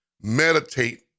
Meditate